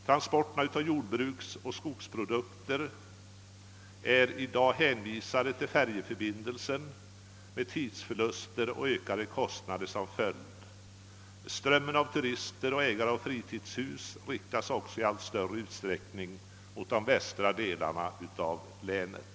Transporterna av jordbruksoch skogsprodukter är i dag hänvisade till färjförbindelsen med tidsförluster och ökade kostnader som följd. Strömmen av turister och köpare av fritidshus går också i allt större utsträckning mot de västra delarna av länet.